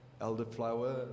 elderflower